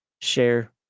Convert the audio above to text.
share